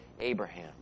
Abraham